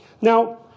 Now